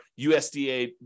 USDA